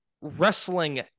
wrestling